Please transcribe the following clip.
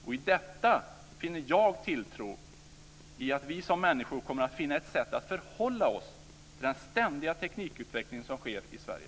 I detta finner jag tilltro. Vi kommer som människor att finna ett sätt att förhålla oss till den ständiga teknikutveckling som sker i Sverige.